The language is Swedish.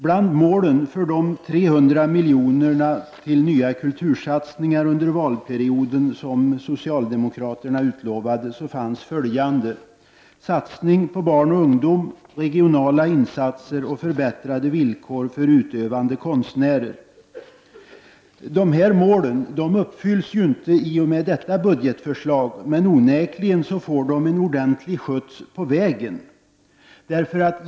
Bland målen för de 300 miljoner till nya kultursatsningar som socialdemokraterna utlovade under valperioden fanns följande: satsning på barn och ungdom, regionala insatser och förbättrade villkor för utövande konstnärer. Dessa mål uppfylls inte med detta budgetförslag, men de får onekligen en ordentlig skjuts på vägen.